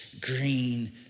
green